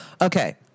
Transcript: Okay